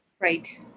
Right